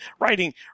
writing